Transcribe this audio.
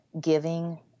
giving